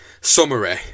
summary